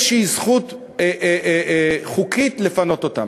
זכות חוקית כלשהי, לפנות אותן,